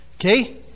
Okay